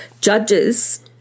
Judges